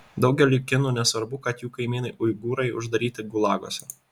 daugeliui kinų nesvarbu kad jų kaimynai uigūrai uždaryti gulaguose